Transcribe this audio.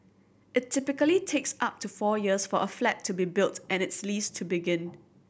it typically takes up to four years for a flat to be built and its lease to begin